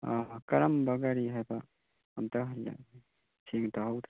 ꯑꯥ ꯀꯔꯝꯕ ꯒꯥꯔꯤ ꯍꯥꯏꯕ ꯑꯝꯇ ꯍꯟꯅ ꯁꯦꯡꯅ ꯇꯥꯍꯧꯗ꯭ꯔꯦ